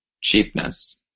cheapness